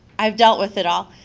i've dealt with it all,